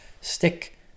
Stick